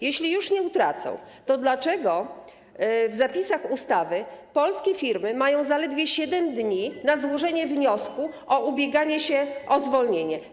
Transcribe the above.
Jeśli już nie utracą, to dlaczego zgodnie z zapisami ustawy polskie firmy mają zaledwie 7 dni na złożenie wniosku o ubieganie się o zwolnienie?